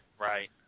Right